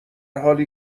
حالی